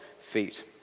feet